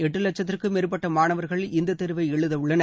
எட்டு லட்சத்திற்கும் மேற்பட்ட மாணவர்கள் இந்தத் தேர்வை எழுத உள்ளனர்